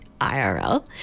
irl